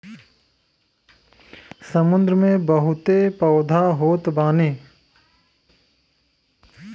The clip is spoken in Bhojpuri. समुंदर में बहुते पौधा होत बाने